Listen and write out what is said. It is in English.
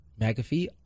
McAfee